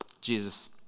Jesus